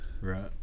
Right